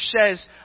says